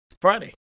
friday